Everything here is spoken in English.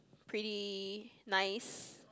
pretty nice